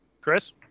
Chris